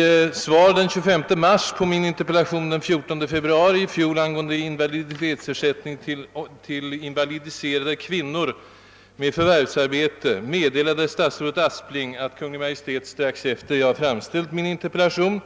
I svar den 25 mars i fjol på min interpellation av den 14 februari angående invaliditetsersättning till invalidiserade kvinnor med förvärvsarbete meddelade statsrådet Aspling, att Kungl. Maj:t strax efter det att jag framställt min interpellation